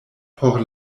por